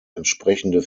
entsprechende